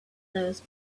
those